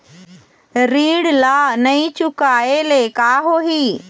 ऋण ला नई चुकाए ले का होही?